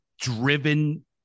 driven